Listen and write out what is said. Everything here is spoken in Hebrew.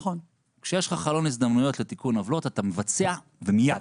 כשיש לך חלון הזדמנויות לתיקון עוולות אתה מבצע ומיד,